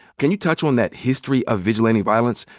can you touch on that history of vigilante violence,